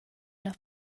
üna